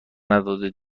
نداده